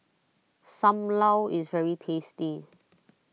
Sam Lau is very tasty